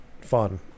fun